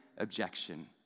objection